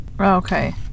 okay